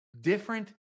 Different